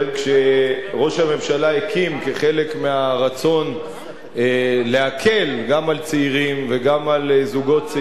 שראש הממשלה הקים כחלק מהרצון להקל גם על צעירים וגם על זוגות צעירים,